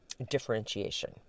differentiation